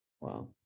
Wow